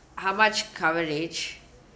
how much coverage